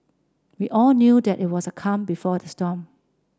we all knew that it was the calm before the storm